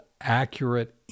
accurate